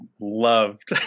loved